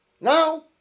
Now